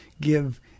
give